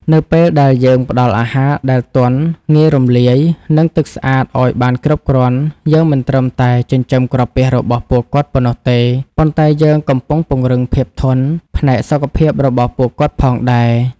នៅពេលដែលយើងផ្តល់អាហារដែលទន់ ងាយរំលាយ និងទឹកស្អាតឱ្យបានគ្រប់គ្រាន់ យើងមិនត្រឹមតែចិញ្ចឹមក្រពះរបស់ពួកគាត់ប៉ុណ្ណោះទេ ប៉ុន្តែយើងកំពុងពង្រឹង ភាពធន់ ផ្នែកសុខភាពរបស់ពួកគាត់ផងដែរ។